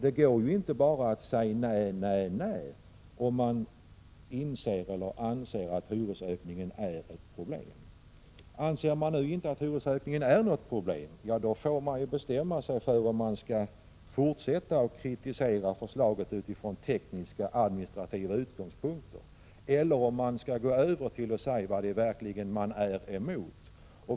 Men om man anser att hyresökningen är ett problem, går det ju inte att bara säga nej, nej, nej. Om hyresökningen inte anses vara något problem, får man bestämma sig för om man skall fortsätta att kritisera förslaget från teknisk-administrativa utgångspunkter eller om man i stället skall tala om vad man egentligen är emot.